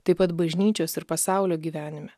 taip pat bažnyčios ir pasaulio gyvenime